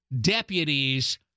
deputies